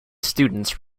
students